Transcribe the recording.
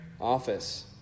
office